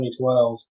2012